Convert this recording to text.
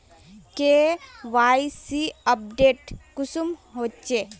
KYC update कुंसम होचे?